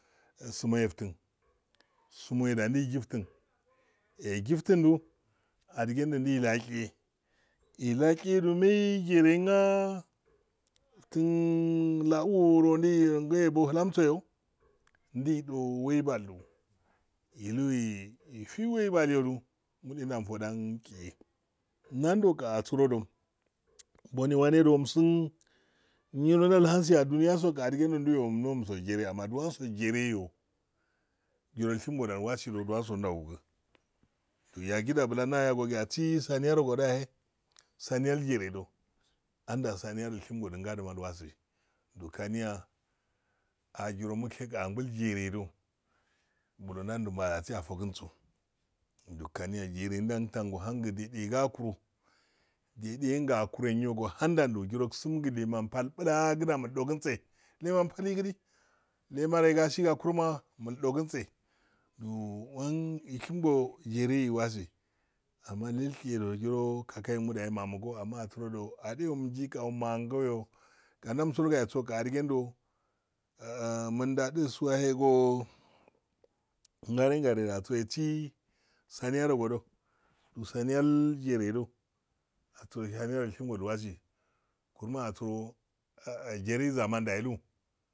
semohefetin sheme da ndei sheftin egiftindu adigende adigendo deila chiye elacheyedu mai geren ah tinlau o ro dei deibo soyo we balo ilo ifiwei bal yodu noe dan fodan chiye lando ga airodo modekwado musin yero danhasi adoniyaso ga adigen bumso jire yo jiro ishem go dan ilwasi do duwanse ndougu yagida blandaya go gii asi saniya rogo doyahedo saniyal gere da andah saniyarol ishem gode ngana ilwasi kani yiro mushequ angol giredo blonando masi afoginso kaniya geren daudin mohamdo de diye gokoro dediyi gakoro nyo o da muldogintse leman pal yigidi leman gasigokoro ma mu doginse mshem go gereyo iwasi amma lenshe adihe mchiga mumangoyo qa ndan solgayosodo mundadi sowale go ngare-ngare asiro esi saniyavogodo saniyarol ilshemgo do ilwasi amma asiro gereuzamanda elu,